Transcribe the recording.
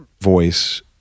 voice